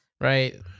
right